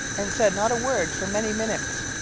and said not a word for many minutes.